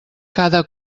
cada